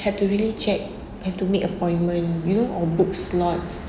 have to really check have to make appointment you know or book slots